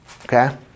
Okay